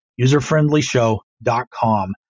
userfriendlyshow.com